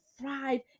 thrive